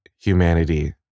Humanity